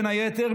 בין היתר,